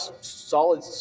solid